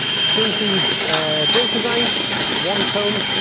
string through bridge design one tone,